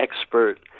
expert